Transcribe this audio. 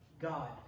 God